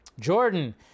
Jordan